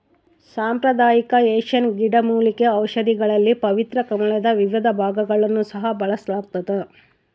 ಸಾಂಪ್ರದಾಯಿಕ ಏಷ್ಯನ್ ಗಿಡಮೂಲಿಕೆ ಔಷಧಿಗಳಲ್ಲಿ ಪವಿತ್ರ ಕಮಲದ ವಿವಿಧ ಭಾಗಗಳನ್ನು ಸಹ ಬಳಸಲಾಗ್ತದ